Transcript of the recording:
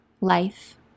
life